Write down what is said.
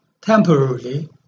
temporarily